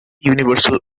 universal